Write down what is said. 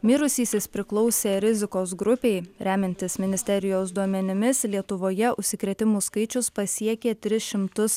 mirusysis priklausė rizikos grupei remiantis ministerijos duomenimis lietuvoje užsikrėtimų skaičius pasiekė tris šimtus